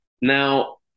Now